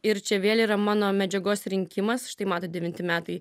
ir čia vėl yra mano medžiagos rinkimas štai matot devinti metai